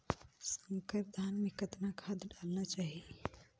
संकर धान मे कतना खाद डालना चाही?